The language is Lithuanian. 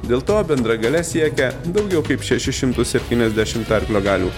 dėl to bendra galia siekia daugiau kaip šešis šimtus septyniasdešimt arklio galių